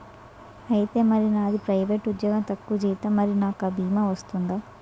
ఐతే మరి నాది ప్రైవేట్ ఉద్యోగం తక్కువ జీతం మరి నాకు అ భీమా వర్తిస్తుందా?